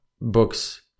books